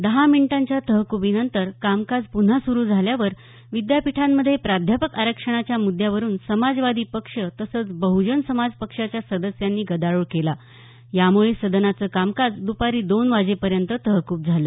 दहा मिनिटांच्या तहकुबीनंतर कामकाज पुन्हा सुरू झाल्यावर विद्यापीठांमध्ये प्राध्यापक आरक्षणाच्या मुद्यावरून समाजवादी पक्ष तसंच बहुजन समाज पक्षाच्या सदस्यांनी गदारोळ केला यामुळे सदनाचं कामकाज दुपारी दोनवाजेपर्यंत तहकूब झालं